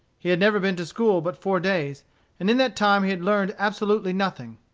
he had never been to school but four days and in that time he had learned absolutely nothing.